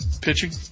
pitching –